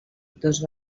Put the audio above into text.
dos